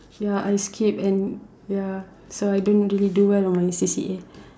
ya I skip and ya so I don't really do well on my C_C_A